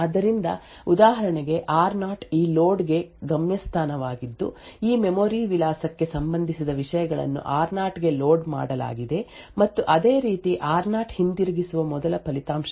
ಆದ್ದರಿಂದ ಉದಾಹರಣೆಗೆ ಆರ್0 ಈ ಲೋಡ್ ಗೆ ಗಮ್ಯಸ್ಥಾನವಾಗಿದ್ದು ಈ ಮೆಮೊರಿ ವಿಳಾಸಕ್ಕೆ ಸಂಬಂಧಿಸಿದ ವಿಷಯಗಳನ್ನು ಆರ್0 ಗೆ ಲೋಡ್ ಮಾಡಲಾಗಿದೆ ಮತ್ತು ಅದೇ ರೀತಿ ಆರ್0 ಹಿಂತಿರುಗಿಸುವ ಮೊದಲ ಫಲಿತಾಂಶವಾಗಿದೆ